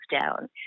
down